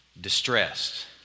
distressed